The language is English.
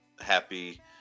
happy